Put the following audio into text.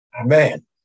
amen